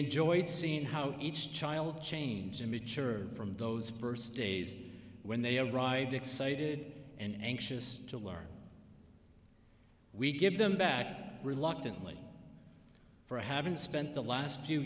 enjoyed seeing how each child change and mature from those first days when they arrived excited and anxious to learn we give them back reluctantly for having spent the last few